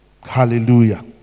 hallelujah